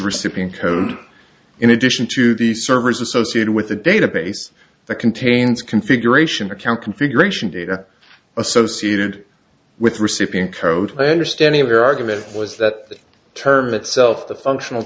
recipient code in addition to the servers associated with the database that contains configuration account configuration data associated with recipient code my understanding of your argument was that the term itself the functional